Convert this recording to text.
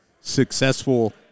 successful